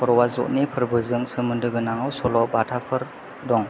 करवा चौथनि फोरबोजों समोन्दो गोनाङाव सल'बाथाफोर दं